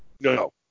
no